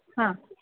ಹಾಂ